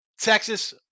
Texas